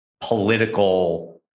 political